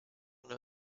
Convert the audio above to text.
know